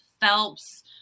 Phelps